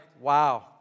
wow